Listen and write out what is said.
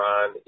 on